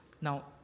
Now